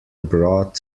abroad